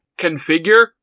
Configure